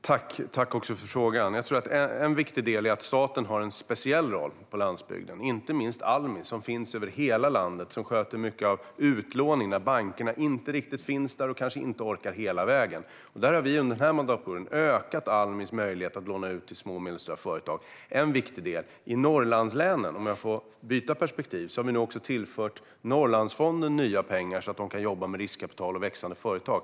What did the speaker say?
Herr talman! Tack för frågan! Jag tror att en viktig del är att staten har en speciell roll på landsbygden. Det gäller inte minst Almi, som finns över hela landet och som sköter mycket av utlåningen när bankerna inte riktigt finns där och kanske inte orkar hela vägen. Vi har under denna mandatperiod ökat Almis möjlighet att låna ut till små och medelstora företag. Det är en viktig del. När det gäller Norrlandslänen, om jag får byta perspektiv, har vi nu tillfört Norrlandsfonden nya pengar, så att man kan jobba med riskkapital och växande företag.